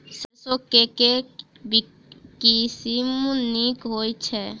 सैरसो केँ के किसिम नीक होइ छै?